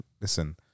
listen